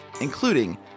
including